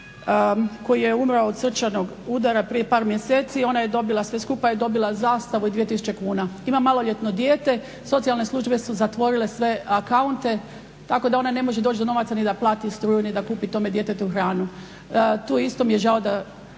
koji je umro od srčanog udara prije par mjeseci, ona je sve skupa dobila zastavu i 2 tisuća kuna. Ima maloljetno dijete. Socijalne slučajeve su zatvorile sve accaunte tako da ona ne može doći do novaca da plati struju ni da kupi tom djetetu hranu. Tu isto mi je žao da